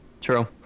True